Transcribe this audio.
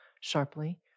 sharply